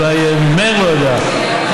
אולי מאיר לא יודע,